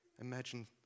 Imagine